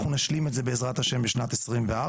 אנחנו נשלים את זה בעזרת השם בשנת 2024,